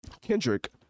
Kendrick